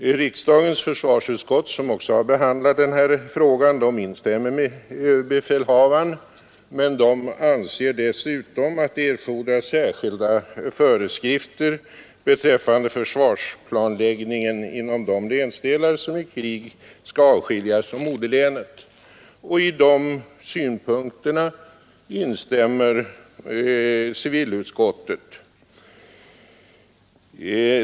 Även riksdagens försvarsutskott, som behandlat denna fråga, instäm mer med överbefälhavaren men anser dessutom att det erfordras särskilda krig skall skiljas från moderlänet. I dessa synpunkter instämmer civilutskottet.